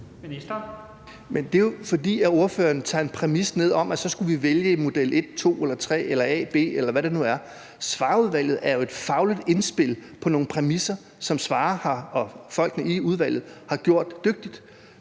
det er jo, fordi ordføreren tager en præmis ned om, at så skulle vi vælge en model 1, 2 eller 3 eller en model A eller B, eller hvad det nu er. Svarerudvalget er jo et fagligt indspil på nogle præmisser, som Michael Svarer og